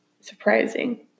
surprising